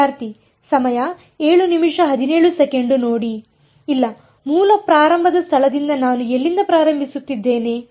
ಇಲ್ಲ ಮೂಲ ಪ್ರಾರಂಭದ ಸ್ಥಳದಿಂದ ನಾನು ಎಲ್ಲಿಂದ ಪ್ರಾರಂಭಿಸುತ್ತಿದ್ದೇನೆ